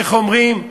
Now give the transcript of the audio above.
איך אומרים,